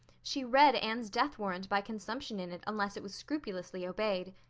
she read anne's death warrant by consumption in it unless it was scrupulously obeyed.